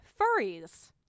Furries